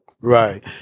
Right